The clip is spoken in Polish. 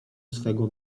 swego